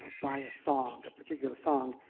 buy a song, a particular song,